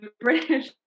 British